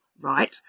right